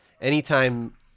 Anytime